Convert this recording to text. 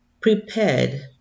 prepared